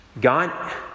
God